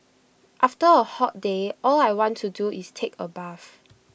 after A hot day all I want to do is take A bath